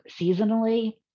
seasonally